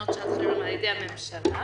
על ידי הממשלה